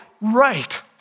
right